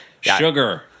sugar